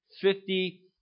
Fifty